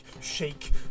shake